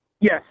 Yes